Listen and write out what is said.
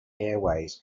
airways